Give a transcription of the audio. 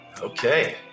Okay